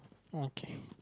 okay